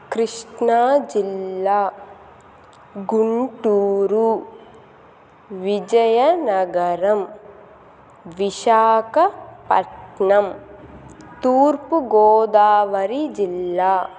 కృష్ణాజిల్లా గుంటూరు విజయనగరం విశాఖపట్నం తూర్పుగోదావరి జిల్లా